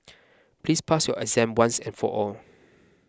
please pass your exam once and for all